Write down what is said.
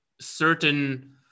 certain